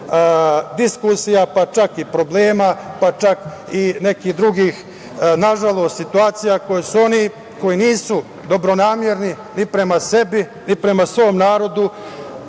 pa čak i problema, pa čak i nekih drugih, nažalost, situacija koje su oni koji nisu dobronamerni ni prema sebi, ni prema svom narodu,